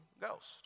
Ghost